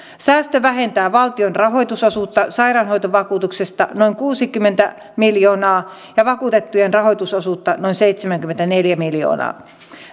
säästö vähentää valtion rahoitusosuutta sairaanhoitovakuutuksesta noin kuusikymmentä miljoonaa ja vakuutettujen rahoitusosuutta noin seitsemänkymmentäneljä miljoonaa